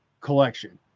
collection